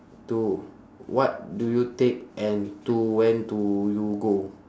to what do you take and to when do you go